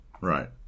Right